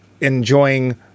enjoying